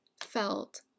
felt